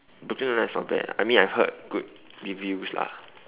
brooklyn nine nine is not bad I mean I heard good reviews lah